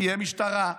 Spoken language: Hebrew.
תהיה משטרה,